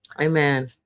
Amen